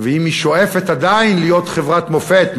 ואם היא עדיין שואפת להיות חברת מופת,